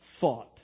thought